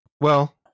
Well-